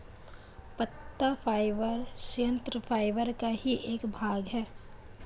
पत्ता फाइबर संयंत्र फाइबर का ही एक भाग है